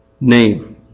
name